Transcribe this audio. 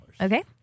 Okay